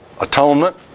atonement